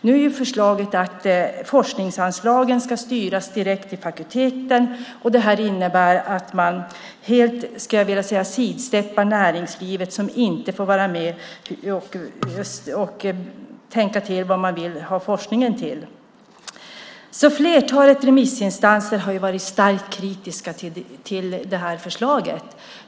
Nu är förslaget att forskningsanslagen ska styras direkt till fakulteten, och det innebär, skulle jag vilja säga, att man helt sidsteppar näringslivet som inte får vara med och tänka till om vad man vill ha forskningen till. Flertalet remissinstanser har varit starkt kritiska till förslaget.